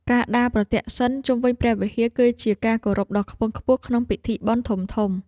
ការដើរប្រទក្សិណជុំវិញព្រះវិហារ គឺជាការគោរពដ៏ខ្ពង់ខ្ពស់ក្នុងពិធីបុណ្យធំៗ។